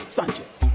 Sanchez